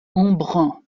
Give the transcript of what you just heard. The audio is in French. embrun